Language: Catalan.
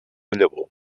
llavor